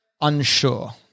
unsure